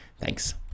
Thanks